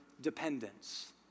dependence